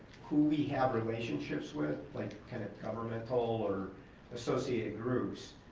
who we have relationships with, like kind of governmental or associated groups,